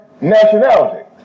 nationality